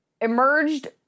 emerged